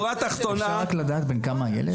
אפשר רק לדעת בן כמה הילד?